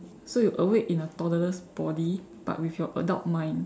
so you awake in a toddler's body but with your adult mind